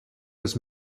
was